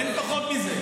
אין פחות מזה,